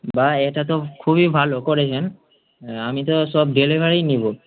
বাহ্ এটা তো খুবই ভালো করেছেন আমি তো সব ডেলিভারিই নেব